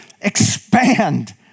expand